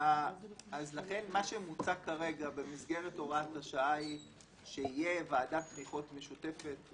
מה שמוצע במסגרת הוראת השעה זה שתהיה ועדת תמיכות משותפת,